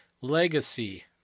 legacy